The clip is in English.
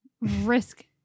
risk